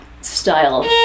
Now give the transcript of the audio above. style